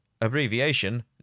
Abbreviation